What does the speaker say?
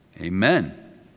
Amen